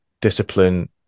discipline